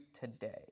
today